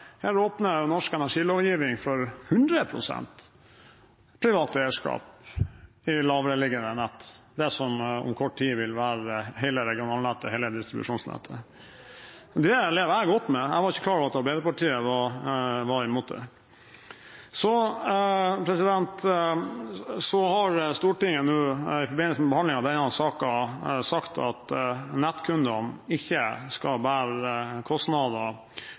her åpner norsk energilovgivning for hundre prosent privat eierskap i lavereliggende nett, det som om kort tid vil være hele regionalnettet, hele distribusjonsnettet. Det lever jeg godt med. Jeg var ikke klar over at Arbeiderpartiet var imot det. Stortinget har i forbindelse med behandlingen av denne saken sagt at nettkundene ikke skal bære kostnader